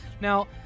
Now